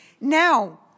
now